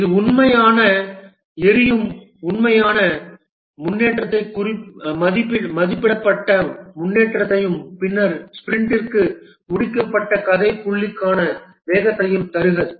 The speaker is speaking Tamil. இது உண்மையான எரியும் உண்மையான முன்னேற்றத்தை மதிப்பிடப்பட்ட முன்னேற்றத்தையும் பின்னர் ஸ்பிரிண்டிற்கு முடிக்கப்பட்ட கதை புள்ளிகளான வேகத்தையும் தருகிறது